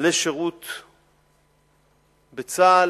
לשירות בצה"ל.